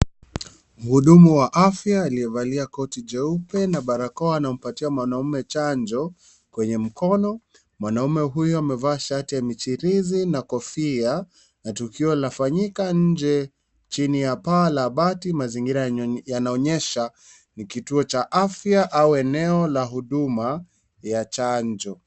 Mhudumu wa afya aliyevalia koti jeupe na barakoa anampatia mwanaume chanjo kwenye mkono. Mwanaume huyo amevaa shati ya michirizi na kofia na tukio inafanyika nje chini ya paa la bati. Mazingira yanaonesha ni kituo cha afya au eneo la huduma ya chanjo.